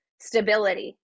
stability